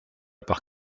par